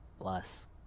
Bless